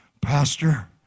pastor